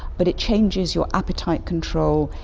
but it changes your appetite control,